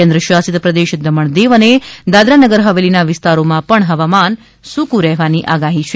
કેન્દ્ર શાસિત પ્રદેશ દમણ દીવ અને દાદરા નાગર હવેલી ના વિસ્તારો માં પણ હવામાન સૂકું રહેવાની આગાહી છે